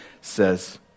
says